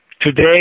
today